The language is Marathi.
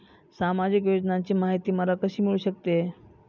सामाजिक योजनांची माहिती मला कशी मिळू शकते?